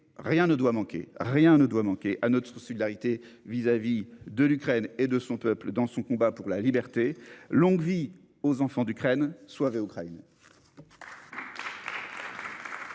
Rien ne doit manquer à notre solidarité avec l'Ukraine et son peuple dans son combat pour la liberté. Longue vie aux enfants d'Ukraine !! La parole